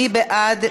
מי בעד?